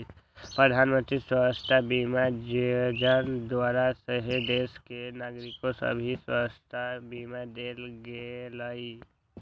प्रधानमंत्री स्वास्थ्य बीमा जोजना द्वारा सेहो देश के नागरिक सभके स्वास्थ्य बीमा देल गेलइ